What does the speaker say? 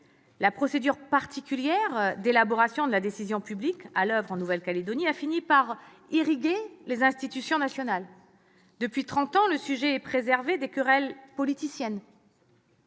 La procédure particulière d'élaboration de la décision publique à l'oeuvre en Nouvelle-Calédonie a fini par irriguer les institutions nationales. Depuis trente ans, le sujet est préservé des querelles politiciennes,